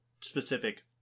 specific